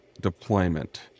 deployment